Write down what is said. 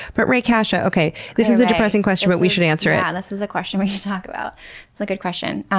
but rae casha, okay, this is a depressing question but we should answer it. yeah, this is a question we should talk about. it's a like good question.